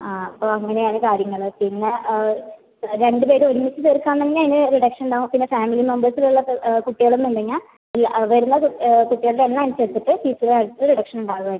ആ അപ്പം അങ്ങനെ ആണ് കാര്യങ്ങള് പിന്ന രണ്ട് പേരെ ഒരുമിച്ച് ചേർക്കുവാണെങ്കിൽ അയിന് റിഡക്ഷൻ ഉണ്ടാവും പിന്ന ഫാമിലി മെമ്പേഴ്സിൽ ഉള്ളത് കുട്ടികൾ എല്ലാം ഉണ്ടെങ്കിൽ ഈ ആ വരുന്നത് കുട്ടികളുടെ എണ്ണം അനുസരിച്ചിട്ട് ഫീസ് കാര്യത്തിൽ റിഡക്ഷൻ ഉണ്ടാവും ആയിരിക്കും